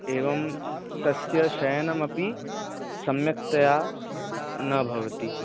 एवं तस्य शयनमपि सम्यक्तया न भवति